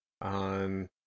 on